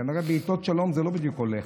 כנראה בעיתות שלום זה לא הולך.